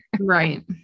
Right